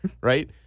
right